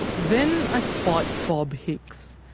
then i spot bob hicks.